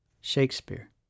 Shakespeare